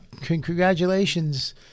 congratulations